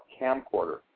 camcorder